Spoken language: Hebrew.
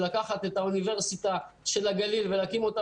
של לקחת את האוניברסיטה של הגליל ולהקים אותה